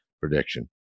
Prediction